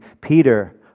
Peter